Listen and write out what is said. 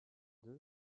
deux